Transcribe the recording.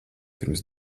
pirms